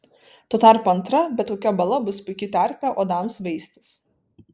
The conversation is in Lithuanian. tuo tarpu antra bet kokia bala bus puiki terpė uodams veistis